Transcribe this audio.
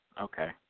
Okay